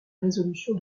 résolution